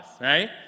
right